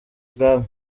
ibwami